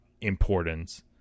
importance